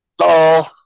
Hello